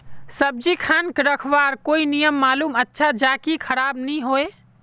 सब्जी खान रखवार कोई नियम मालूम अच्छा ज की खराब नि होय?